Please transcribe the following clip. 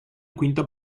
quinta